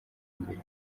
imbere